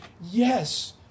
yes